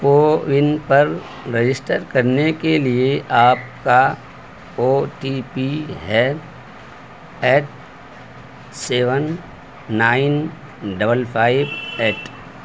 CoWIN پررجسٹر کرنے کے لیے آپ کا او ٹی پی ہے eight seven nine double five at